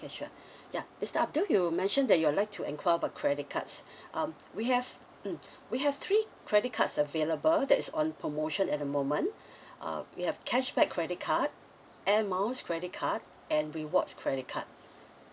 okay sure ya mister abdul you mentioned that you'd like to enquire about credit cards um we have mm we have three credit cards available that is on promotion at the moment uh we have cashback credit card air miles credit card and rewards credit card